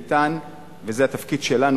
זה התפקיד שלנו,